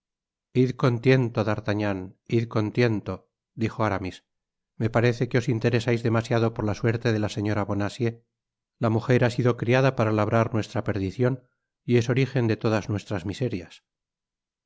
id con tiento d'artagnan id con tiento dijo aramis me parace que os interesais demasiado por la suerte de la señora bonacieux la mujer ha sido criada para labrar nuestra perdicion y es origen de todas nuestras miserias